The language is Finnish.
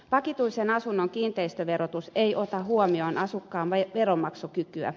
vakituisen asunnon kiinteistöverotus ei ota huomioon asukkaan veronmaksukykyä